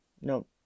no